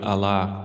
Allah